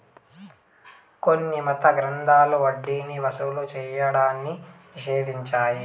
కొన్ని మత గ్రంథాలు వడ్డీని వసూలు చేయడాన్ని నిషేధించాయి